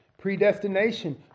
Predestination